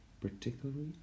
particularly